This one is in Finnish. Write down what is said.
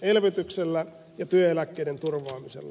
elvytyksellä ja työeläkkeiden turvaamisella